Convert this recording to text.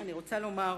אני רוצה לומר,